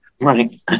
right